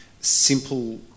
simple